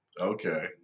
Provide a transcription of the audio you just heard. Okay